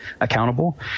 accountable